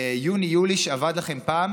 ביוני-יולי ועבד לכם פעם?